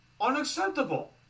Unacceptable